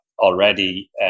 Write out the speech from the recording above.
already